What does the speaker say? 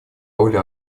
роли